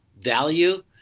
value